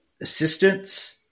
assistance